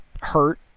hurt